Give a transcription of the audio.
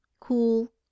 cool